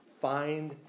find